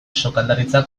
sukaldaritza